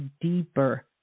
deeper